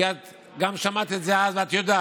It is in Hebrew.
כי שמעת את זה גם אז ואת יודעת.